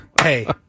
Hey